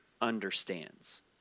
understands